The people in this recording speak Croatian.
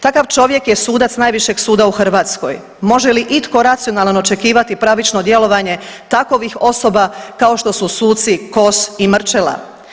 Takav čovjek je sudac najvišeg suda u Hrvatskoj, može li itko racionalan očekivati pravično djelovanje takovih osoba kao što su suci Kos i Mrčela?